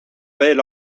veel